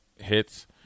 hits